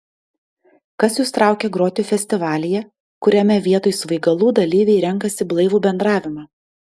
kas jus traukia groti festivalyje kuriame vietoj svaigalų dalyviai renkasi blaivų bendravimą